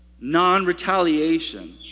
non-retaliation